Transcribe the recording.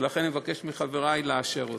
ולכן אני מבקש מחברי לאשר אותו.